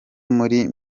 muri